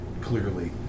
clearly